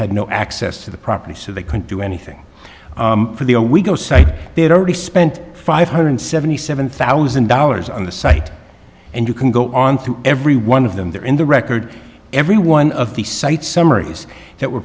had no access to the property so they couldn't do anything for the a we go site they had already spent five hundred seventy seven thousand dollars on the site and you can go on through every one of them there in the record every one of the sites summaries that were